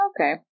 Okay